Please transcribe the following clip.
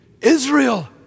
Israel